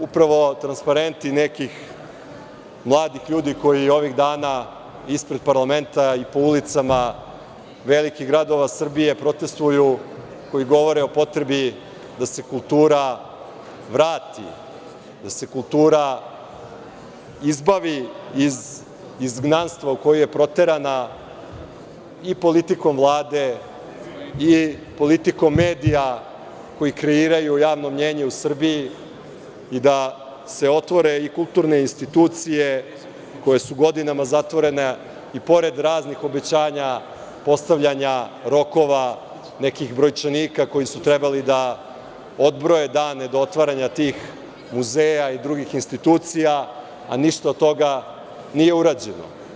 upravo transparenti nekih mladih ljudi koji ovih dana ispred parlamenta i po ulicama velikih gradova Srbije protestuju, koji govore o potrebi da se kultura vrati, da se kultura izbavi iz izgnanstva u koji je proterana i politikom Vlade i politikom medija koji kreiraju javno mnenje u Srbiji i da se otvore i kulturne institucije koje su godinama zatvorene i pored raznih obećanja postavljanja rokova, nekih brojčanika koji su trebali da odbroje dane do otvaranja tih muzeja i drugih institucija, a ništa od toga nije urađeno.